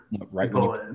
right